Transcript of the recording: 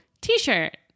t-shirt